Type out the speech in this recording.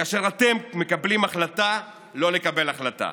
כאשר אתם מקבלים החלטה שלא לקבל החלטה?